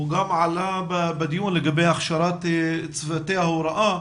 הוא גם עלה בדיון לגבי הכשרת צוותי ההוראה,